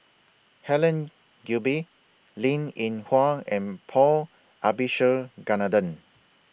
Helen Gilbey Linn in Hua and Paul Abisheganaden